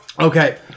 Okay